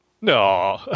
No